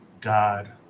God